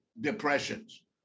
depressions